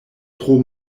tro